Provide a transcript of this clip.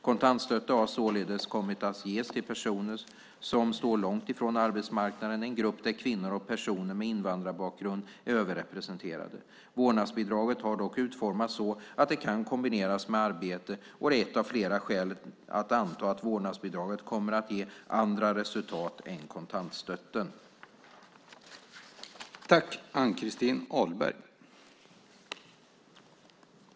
Kontantstøtten har således kommit att ges till personer som står långt ifrån arbetsmarknaden, en grupp där kvinnor och personer med invandrarbakgrund är överrepresenterade. Vårdnadsbidraget har dock utformats så att det kan kombineras med arbete, och det är ett av flera skäl att anta att vårdnadsbidraget kommer att ge andra resultat än kontantstøtten . Då Peter Jeppsson, som framställt interpellation 2007 08:761, samt Hillevi Larsson, som framställt interpellation 2007 08:760 samt att Matilda Ernkrans och Eva-Lena Jansson i stället fick delta i överläggningen.